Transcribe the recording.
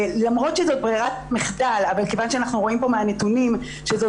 כיוון שאנחנו רואים פה מהנתונים שזאת